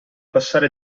passare